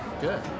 good